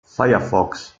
firefox